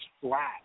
flat